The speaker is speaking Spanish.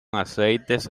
aceites